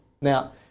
Now